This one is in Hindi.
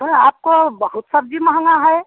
अरे आपको बहुत सब्ज़ी महंगी है